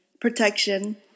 protection